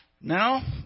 Now